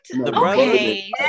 Okay